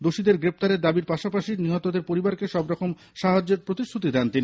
দোষীদের গ্রেফতারের দাবীর পাশাপাশি নিহতের পরিবারকে সবরকম সাহায্যের প্রতিশ্রুতি দেন তিনি